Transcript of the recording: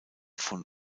von